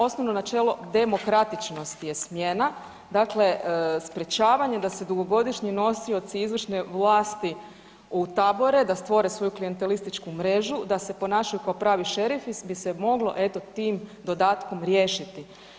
Osnovno načelo demokratičnosti je smjena, dakle sprječavanje da se dugogodišnji nosioci izvršne vlasti utabore, da stvore svoju klijentelističku mrežu, da se ponašaju kao pravi šerifi bi se moglo eto tim dodatkom riješiti.